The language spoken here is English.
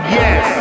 yes